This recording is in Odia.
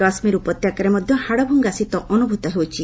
କାଶ୍ମୀର ଉପତ୍ୟକାରେ ମଧ୍ୟ ହାଡ଼ଭଙ୍ଗା ଶୀତ ଅନୁଭୂତ ହେଉଛି